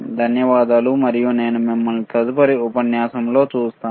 ధన్యవాదాలు మరియు నేను మిమ్మల్ని తదుపరి ఉపన్యాసంలో కలుద్దాం